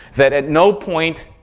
that at no point,